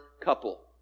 couple